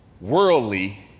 worldly